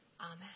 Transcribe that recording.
Amen